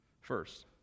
first